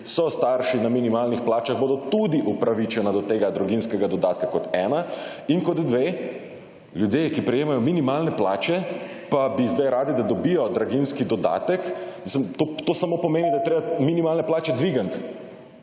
so starši na minimalnih plačah bodo tudi upravičeni do tega draginjskega dodatka. Kot ena. Kot dve. Ljudje, ki sprejemajo minimalne plače pa bi sedaj radi, da dobijo draginjski dodatek mislim to samo pomeni, da je treba minimalne plače dvigniti,